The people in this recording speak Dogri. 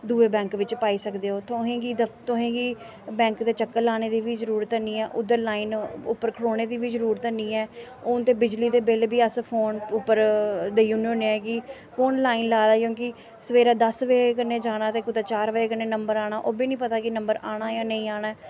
दूए बैंक बिच्च पाई सकदे ओ तुसेंगी तुसेंगी बैक दे चक्कर लाने दी बी जरूरत हैनी ऐ उद्धर लाइन उद्धर खड़ोने दी बी जरूरत हैनी ऐ हून ते बिजली दे बिल बी अस फोन उप्पर देई ओड़ने होन्ने कि कौन लाइन लाइयै क्योंकि सवेरै दस बजे कन्नै जाना ते कुतै चार बजे कन्नै नम्बर आना ओह् बी पता निं कि नम्बर आना कि नेईं आना ऐ